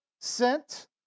sent